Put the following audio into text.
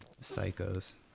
psychos